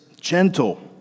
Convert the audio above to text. gentle